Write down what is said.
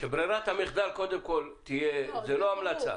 שזאת ברירת המחדל קודם כל זאת לא המלצה.